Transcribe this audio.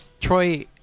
Troy